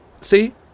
See